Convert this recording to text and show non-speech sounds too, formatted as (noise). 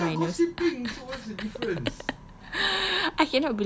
so mean digging my nose (laughs)